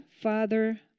father